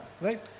right